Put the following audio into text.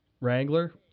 Wrangler